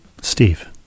steve